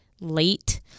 late